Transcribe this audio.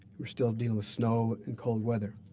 we're still dealing with snow and cold weather.